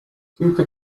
cooper